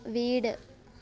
വീട്